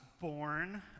born